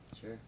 Sure